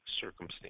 circumstance